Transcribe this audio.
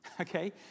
Okay